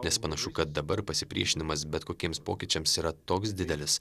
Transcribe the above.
nes panašu kad dabar pasipriešinimas bet kokiems pokyčiams yra toks didelis